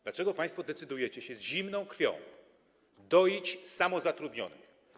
Dlaczego państwo decydujecie się z zimną krwią doić samozatrudnionych?